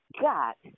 got